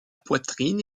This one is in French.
poitrine